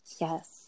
Yes